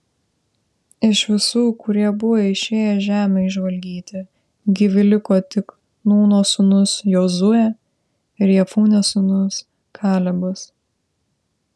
iš visų kurie buvo išėję žemę išžvalgyti gyvi liko tik nūno sūnus jozuė ir jefunės sūnus kalebas